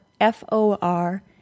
F-O-R